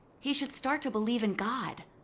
he should start to believe in god.